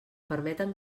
permeten